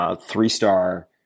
three-star